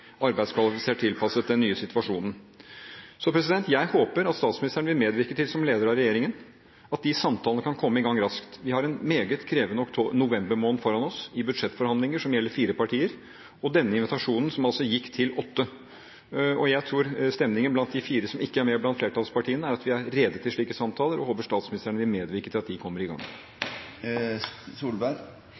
arbeidskvalifisert tilpasset den nye situasjonen. Jeg håper at statsministeren, som leder av regjeringen, vil medvirke til at de samtalene kan komme i gang raskt. Vi har en meget krevende november måned foran oss i budsjettforhandlinger som gjelder fire partier, og denne invitasjonen som altså gikk til åtte. Jeg tror at stemningen blant de fire som ikke er med blant flertallspartiene, er at vi er rede til slike samtaler, og jeg håper statsministeren vil medvirke til at de kommer i gang.